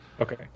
Okay